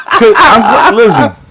Listen